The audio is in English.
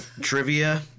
Trivia